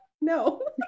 no